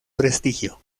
prestigio